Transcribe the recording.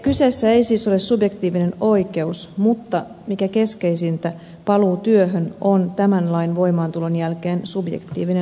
kyseessä ei siis ole subjektiivinen oikeus mutta mikä keskeisintä paluu työhön on tämän lain voimaantulon jälkeen subjektiivinen oikeus